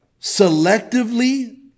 selectively